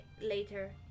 later